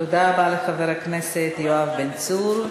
תודה רבה לחבר הכנסת יואב בן צור.